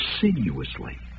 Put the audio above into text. sinuously